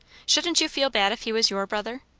shouldn't you feel bad if he was your brother?